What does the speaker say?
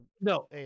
No